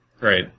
Right